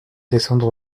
descendre